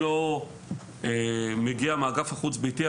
אני לא מגיע מהאגף החוץ-ביתי,